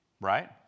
Right